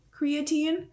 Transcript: creatine